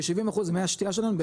כ-70% ממי השתייה שלנו,